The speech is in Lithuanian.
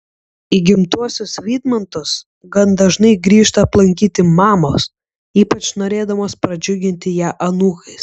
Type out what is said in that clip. į gimtuosius vydmantus gan dažnai grįžta aplankyti mamos ypač norėdamas pradžiuginti ją anūkais